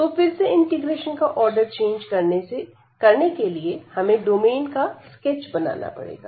तो फिर से इंटीग्रेशन का आर्डर चेंज करने के लिए हमें डोमेन का स्केच बनाना पड़ेगा